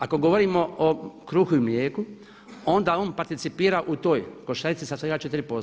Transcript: Ako govorimo o kruhu i mlijeku, onda on participira u košarici sa svega 4%